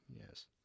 Yes